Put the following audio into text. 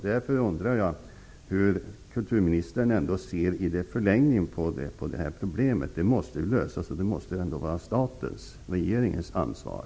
Därför undrar jag hur kulturministern ser på problemet i förlängningen. Det måste lösas, och det är statens, regeringens, ansvar.